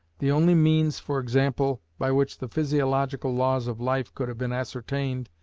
the only means, for example, by which the physiological laws of life could have been ascertained,